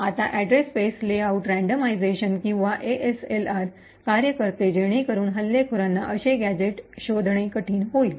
आता address space layout randomisation किंवा ASLR कार्य करते जेणेकरून हल्लेखोरांना अशी गॅझेट्स शोधणे कठीण होईल